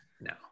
no